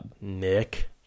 Nick